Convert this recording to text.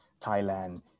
Thailand